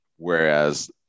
Whereas